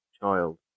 child